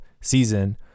season